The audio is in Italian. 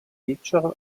pictures